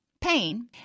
pain